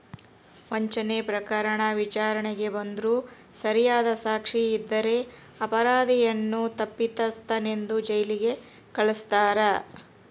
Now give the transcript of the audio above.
ವಂಚನೆ ಪ್ರಕರಣ ವಿಚಾರಣೆಗೆ ಬಂದ್ರೂ ಸರಿಯಾದ ಸಾಕ್ಷಿ ಇದ್ದರೆ ಅಪರಾಧಿಯನ್ನು ತಪ್ಪಿತಸ್ಥನೆಂದು ಜೈಲಿಗೆ ಕಳಸ್ತಾರ